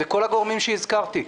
זה כל הגורמים שהזכרתי,